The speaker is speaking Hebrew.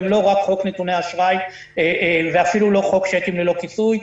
והם לא רק חוק נתוני אשראי ואפילו לא חוק צ'קים ללא כיסוי,